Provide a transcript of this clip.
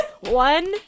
One